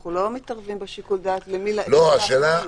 אנחנו לא מתערבים בשיקול הדעת, מי להכניס.